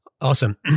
Awesome